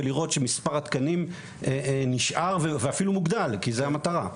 ולראות שמספר התקנים נשאר ואפילו מוגדל כי זה המטרה.